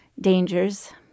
dangers